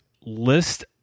list